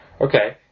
Okay